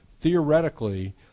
theoretically